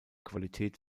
qualität